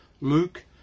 Luke